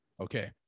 Okay